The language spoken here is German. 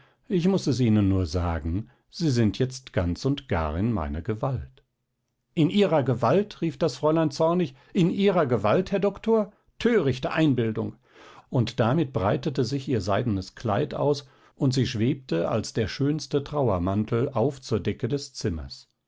ich muß es ihnen nur sagen sie sind jetzt ganz und gar in meiner gewalt in ihrer gewalt rief das fräulein zornig in ihrer gewalt herr doktor törichte einbildung und damit breitete sich ihr seidenes kleid aus und sie schwebte als der schönste trauermantel auf zur decke des zimmers